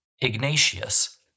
Ignatius